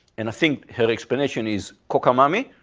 and think her explanation is cockamamie,